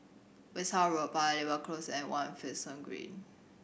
Westerhout Road Paya Lebar Close and One Finlayson Green